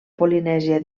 polinèsia